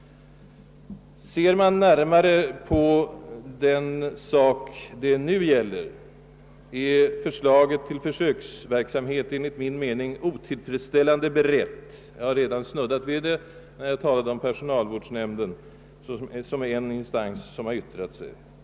Ser man närmare på den sak det nu gäller, är förslaget till försöksverksamhet enligt min mening otillfredsställande berett — jag snuddade vid det när jag talade om personalvårdsnämnden, som är en av de två instanser som har yttrat sig.